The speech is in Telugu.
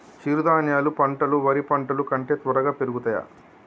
చిరుధాన్యాలు పంటలు వరి పంటలు కంటే త్వరగా పెరుగుతయా?